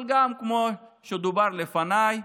אבל כמו שדובר לפניי,